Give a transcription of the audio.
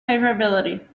favorability